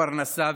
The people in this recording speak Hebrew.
לפרנסה ועוד.